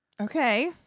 Okay